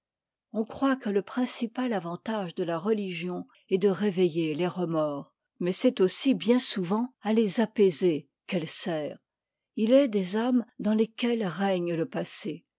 on croit que le principal avantage de la religion est de réveiller les remords mais c'est aussi bien souvent à les apaiser qu'elle sert h est des âmes dans lesquelles règne le passé